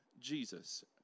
Jesus